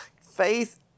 Faith